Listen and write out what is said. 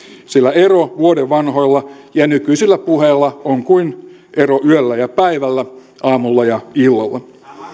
sillä ero vuoden vanhoilla ja ja nykyisillä puheilla on kuin ero yöllä ja päivällä aamulla ja illalla